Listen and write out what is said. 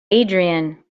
adrian